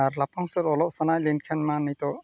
ᱟᱨ ᱞᱟᱯᱷᱟᱝ ᱥᱮᱫ ᱚᱞᱚᱜ ᱥᱟᱱᱟᱭᱮᱫ ᱞᱤᱧ ᱠᱷᱟᱱᱢᱟ ᱱᱤᱛᱳᱜ